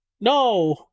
No